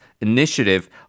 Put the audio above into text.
initiative